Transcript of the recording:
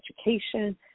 education